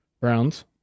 Browns